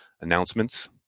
announcements